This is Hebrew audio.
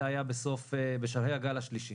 זה היה בשלהי הגל השלישי,